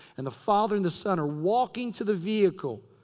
and the father and the son are walking to the vehicle.